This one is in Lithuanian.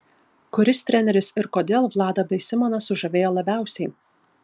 kuris treneris ir kodėl vladą bei simoną sužavėjo labiausiai